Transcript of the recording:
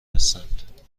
هستند